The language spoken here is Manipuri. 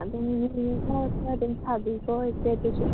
ꯑꯗꯨꯝ ꯈꯔ ꯈꯔ ꯑꯗꯨꯝ ꯁꯥꯕꯤꯒ꯭ꯔꯣ ꯏꯆꯦ ꯑꯗꯨꯁꯨ